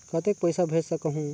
कतेक पइसा भेज सकहुं?